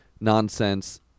nonsense